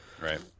Right